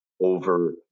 over